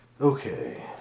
Okay